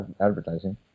advertising